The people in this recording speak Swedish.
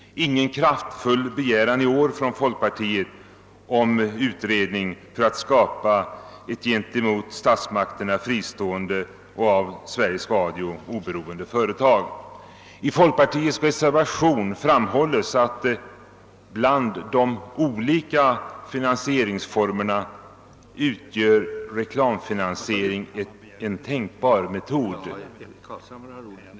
Ingen kraftfull begäran i år alltså från folkpartiet om utredning för att skapa ett gentemot statsmakterna fristående och av Sveriges Radio oberoende företag! I folkpartiets reservation framhålls att bland de olika finansieringsformerna utgör reklamfinansiering en tänkbar metod.